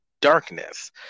darkness